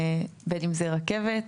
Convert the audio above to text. בין אם זה רכבת,